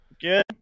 Good